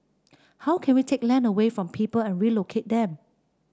how can we take land away from people and relocate them